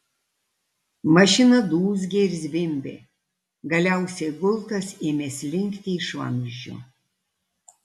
mašina dūzgė ir zvimbė galiausiai gultas ėmė slinkti iš vamzdžio